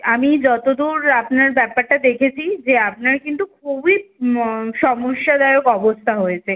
আমি যতো দূর আপনার ব্যাপারটা দেখেছি যে আপনার কিন্তু খুবই সমস্যাদায়ক অবস্থা হয়েছে